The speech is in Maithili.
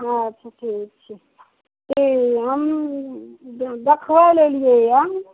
अच्छा ठीक छै कि हम देखबैलए अएलिए यऽ